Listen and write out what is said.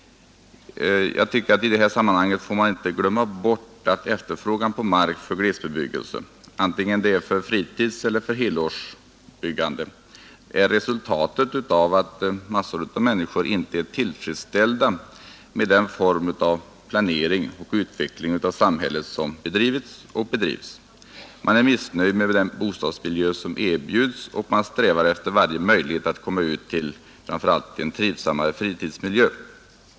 Men i detta sammanhang får vi enligt min mening inte glömma bort att efterfrågan på mark för glesbebyggelse — vare sig det är för fritidseller för helårsbyggande — är resultatet av att massor av människor inte är tillfredsställda med den form av planering och utveckling av samhället som bedrivits och bedrivs. Man är missnöjd med den bostadsmiljö som erbjuds, och man strävar framför allt efter möjlighet att komma ut till en trivsammare fritidsmiljö.